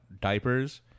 diapers